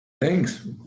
Thanks